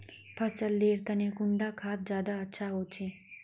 फसल लेर तने कुंडा खाद ज्यादा अच्छा होचे?